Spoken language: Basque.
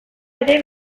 ere